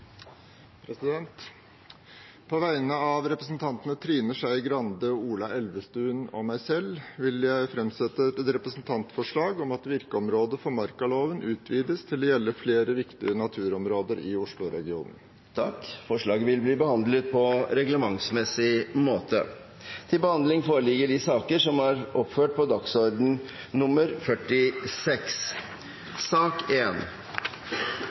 På vegne av representantene Trine Skei Grande, Ola Elvestuen og meg selv vil jeg fremsette et representantforslag om at virkeområdet for markaloven utvides til å gjelde flere viktige naturområder i Oslo-regionen. Forslaget vil bli behandlet på reglementsmessig måte.